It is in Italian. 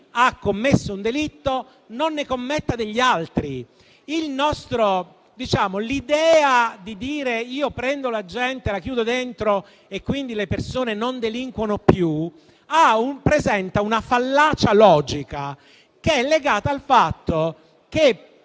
ha commesso un delitto non ne commetta degli altri. L'idea di dire "io prendo la gente, la chiudo dentro e quindi le persone non delinquono più" presenta una fallacia logica che è legata al fatto che,